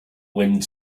wind